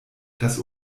das